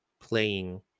playing